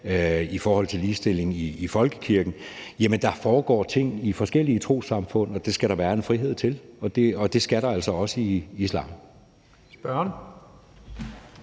her – vil jeg sige: Jamen der foregår ting i forskellige trossamfund, og det skal der være en frihed til. Og det skal der altså også i islam. Kl.